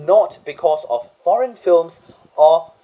not because of foreign films or